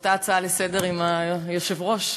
באותה הצעה לסדר-היום עם היושב-ראש,